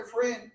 friend